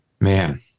Man